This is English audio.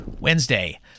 Wednesday